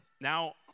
now